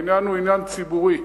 העניין הוא עניין ציבורי.